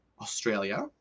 Australia